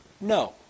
No